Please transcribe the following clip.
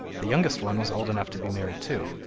the youngest one was old enough to be married too,